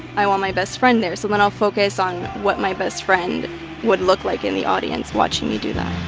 i want my best friend there, so then i'll focus on what my best friend would look like in the audience watching me do that